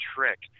Trick